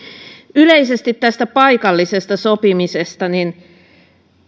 yleisesti tästä paikallisesta sopimisesta